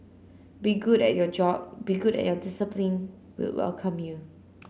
be good at your job be good at your discipline we'll welcome you